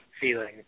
feeling